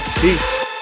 peace